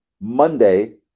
Monday